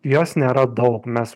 jos nėra daug mes